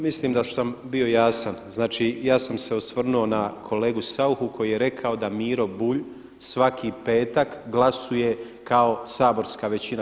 Mislim da sam bio jasan, znači, ja sam se osvrnuo na kolegu Sauchu koji je rekao da Miro Bulj svaki petak glasuje kao saborska većina.